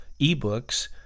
ebooks